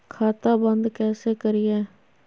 खाता बंद कैसे करिए?